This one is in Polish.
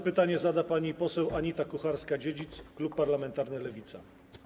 Pytanie zada pani poseł Anita Kucharska-Dziedzic, klub parlamentarny Lewica.